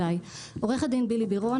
עוה"ד בילי בירון,